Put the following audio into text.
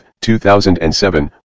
2007